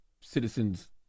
citizens